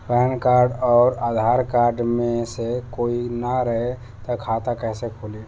Pan card आउर Aadhaar card मे से कोई ना रहे त खाता कैसे खुली?